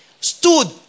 stood